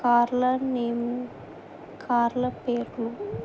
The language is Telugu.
కార్ల నేమ్ కార్ల పేర్లు